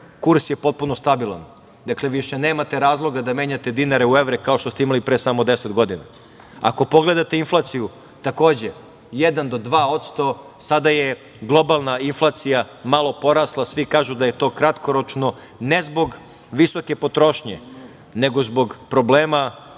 kurs je potpuno stabilan. Više nemate razloga da menjate dinare u evra kao što ste imali pre samo 10 godina. Ako pogledate inflaciju, takođe 1 do 2%. Sada je globalna inflacija malo porasla. Svi kažu da je to kratkoročno, ne zbog visoke potrošnje, nego zbog problema